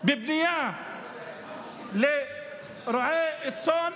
בבנייה לרועי צאן,